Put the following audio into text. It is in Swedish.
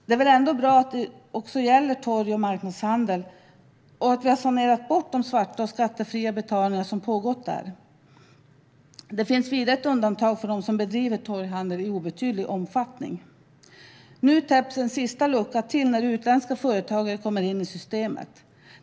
Det är väl ändå bra att det också gäller inom torg och marknadshandel och att vi har sanerat bort de svarta och skattefria betalningar som pågått där. Vidare finns det ett undantag för dem som bedriver torghandel i obetydlig omfattning. Nu täpps en sista lucka till när utländska företagare kommer in i systemet.